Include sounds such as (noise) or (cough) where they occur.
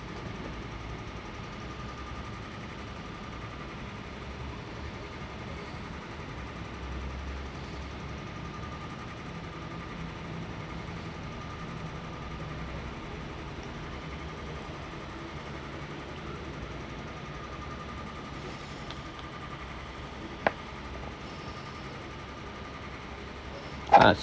(breath) ha